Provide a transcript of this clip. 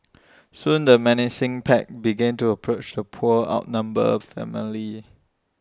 soon the menacing pack began to approach the poor outnumbered family